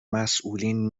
مسئولین